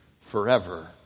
forever